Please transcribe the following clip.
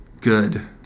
Good